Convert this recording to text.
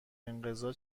انقضا